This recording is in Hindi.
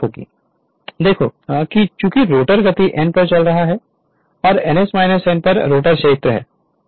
Refer Slide Time 1858 देखो कि चूंकि रोटर गति n पर चल रहा है और ns n पर रोटर क्षेत्र है